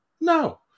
no